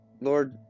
Lord